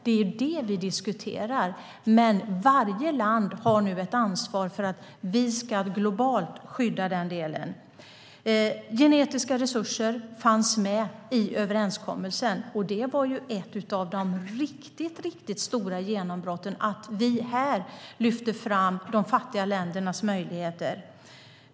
Det är det vi diskuterar, men varje land har nu ett ansvar för att vi globalt ska skydda den delen. Genetiska resurser fanns med i överenskommelsen, och det är ett av de riktigt stora genombrotten att vi här lyfter fram de fattiga ländernas möjligheter.